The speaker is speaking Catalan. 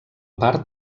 part